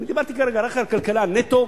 אני דיברתי כרגע רק על הכלכלה נטו,